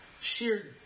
sheer